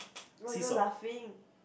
oh no laughing